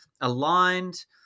aligned